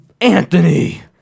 Anthony